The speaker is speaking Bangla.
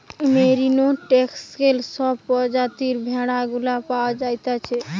মেরিনো, টেক্সেল সব প্রজাতির ভেড়া গুলা পাওয়া যাইতেছে